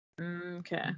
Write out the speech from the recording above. Okay